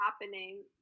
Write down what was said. happening